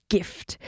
Gift